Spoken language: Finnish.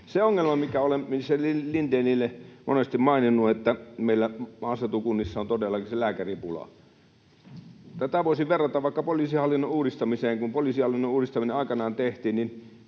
Se ongelma, minkä olen ministeri Lindénille monesti maininnut, on se, että meillä maaseutukunnissa on todellakin se lääkäripula. Tätä voisin verrata vaikka poliisihallinnon uudistamiseen. Kun poliisihallinnon uudistaminen aikanaan tehtiin,